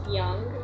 young